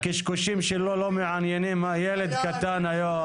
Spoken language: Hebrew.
הקשקושים שלו לא מעניינים, ילד קטן היום.